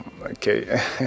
okay